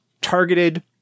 targeted